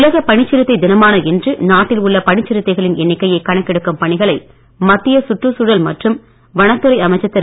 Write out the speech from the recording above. உலக பனிச் சிறுத்தை தினமான இன்று நாட்டில் உள்ள பனிச் சிறுத்தைகளின் எண்ணிக்கையை கணக்கெடுக்கும் பணிகளை மத்திய சுற்றுச் சூழல் மற்றும் வனத்துறை அமைச்சர் திரு